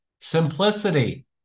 Simplicity